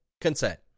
Consent